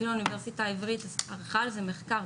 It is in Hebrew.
אפילו האוניברסיטה העברית ערכה על זה מחקר,